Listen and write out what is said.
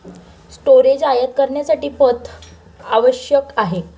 storage आयात करण्यासाठी पथ आवश्यक आहे